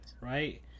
right